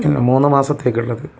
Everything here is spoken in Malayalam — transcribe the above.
മൂന്ന് മാസത്തേക്ക് ഉള്ളത്